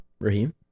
Raheem